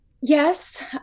Yes